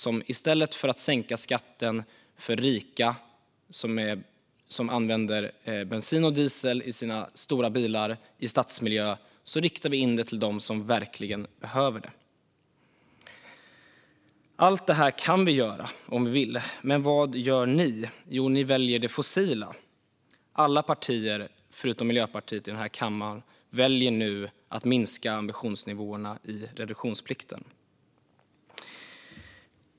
I stället för att sänka skatten för rika som använder bensin och diesel i sina stora bilar i stadsmiljö vill vi rikta oss till dem som verkligen behöver det. Allt det här kan vi göra om vi vill. Men vad gör ni? Ni väljer det fossila. Alla partier förutom Miljöpartiet i den här kammaren väljer nu att minska ambitionsnivåerna i reduktionsplikten.